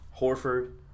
Horford